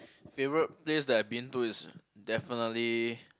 favourite place that I have been to is definitely